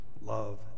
Love